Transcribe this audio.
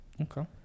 Okay